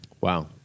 Wow